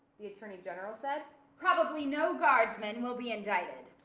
the attorney general said probably no guardsmen will be indicted.